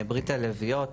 ברית הלביאות,